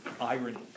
irony